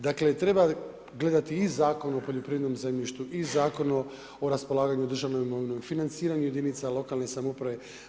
Dakle treba gledati i Zakon o poljoprivrednom zemljištu i Zakon o raspolaganju državnom imovinom i financiranju jedinica lokalne samouprave.